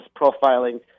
profiling